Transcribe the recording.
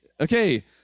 okay